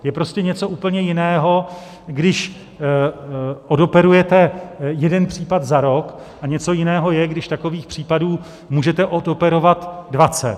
Je prostě něco úplně jiného, když odoperujete jeden případ za rok, a něco jiného je, když takových případů můžete odoperovat dvacet.